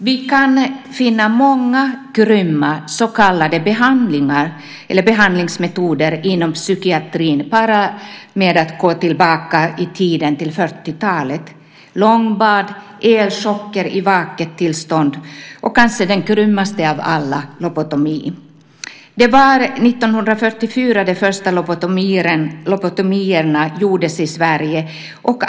Vi kan finna många grymma så kallade behandlingsmetoder inom psykiatrin bara genom att se tillbaka i tiden till 40-talet. Det var långbad, elchocker i vaket tillstånd och - kanske den grymmaste av alla - lobotomi. De första lobotomierna i Sverige gjordes 1944.